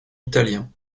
italiens